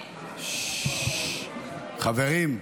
חברים,